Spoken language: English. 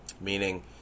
Meaning